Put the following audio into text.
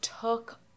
took